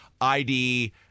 ID